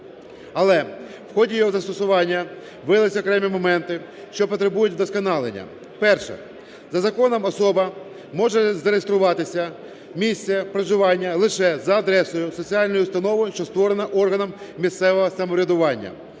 Але в ході його застосування вилились окремі моменти, що потребують вдосконалення. Перше. За законом особа може зареєструвати місце проживання лише за адресою соціальної установи, що створена органом місцевого самоврядування.